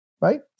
Right